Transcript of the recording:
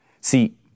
See